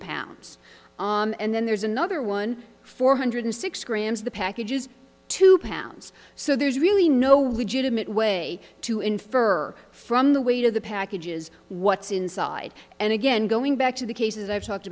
pounds on and then there's another one four hundred six grams the packages two pounds so there's really no legitimate way to infer from the weight of the packages what's inside and again going back to the cases i've talked